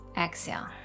exhale